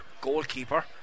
Goalkeeper